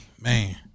Man